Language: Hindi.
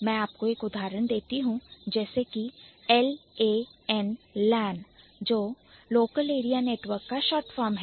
मैं आपको एक उदाहरण देती हूं जैसे कि LAN जो Local Area Network का shortform है